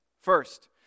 First